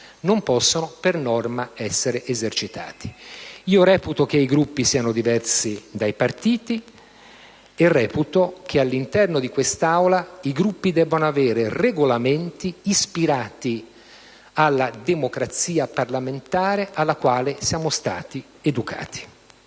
norma quella libertà essere esercitata. Reputo che i Gruppi siano diversi dai partiti e che all'interno di quest'Aula essi debbano avere regolamenti ispirati alla democrazia parlamentare alla quale siamo stati educati.